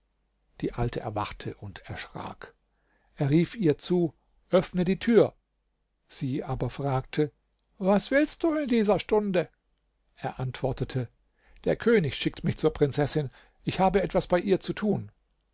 die alte erwachte und erschrak er rief ihr zu öffne die tür sie aber fragte was willst du in dieser stunde er antwortete der könig schickte mich zur prinzessin ich habe etwas bei ihr zu tun